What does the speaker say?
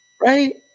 Right